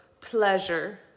pleasure